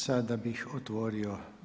Sada bih otvorio.